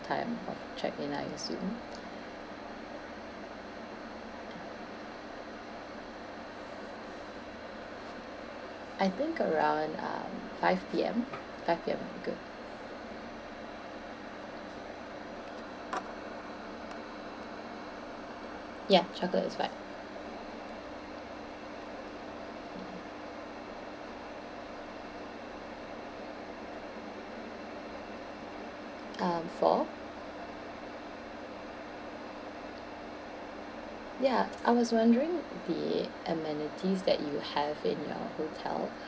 time of check in I assume I think around um five P_M five P_M would be good ya chocolate is fine um four ya I was wondering the amenities that you have in your hotel